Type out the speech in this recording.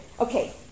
Okay